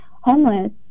homeless